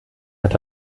hat